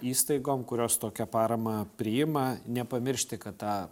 įstaigom kurios tokią paramą priima nepamiršti kad ta